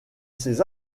ses